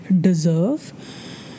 deserve